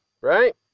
Right